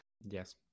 Yes